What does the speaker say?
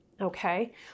okay